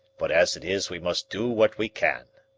but as it is we must do what we can.